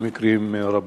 במקרים רבים.